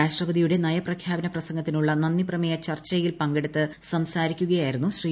രാഷ്ട്രപതിയുടെ നയപ്രഖ്യാപന പ്രസംഗത്തിനുള്ള നന്ദിപ്രമേയ ചർച്ചയിൽ പങ്കെടുത്ത് സംസാരിക്കുകയായിരുന്നു ശ്രീ